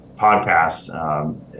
podcast